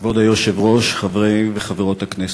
כבוד היושב-ראש, חברי וחברות הכנסת,